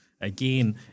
again